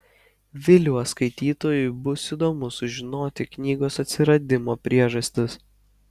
viliuos skaitytojui bus įdomu sužinoti knygos atsiradimo priežastis